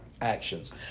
actions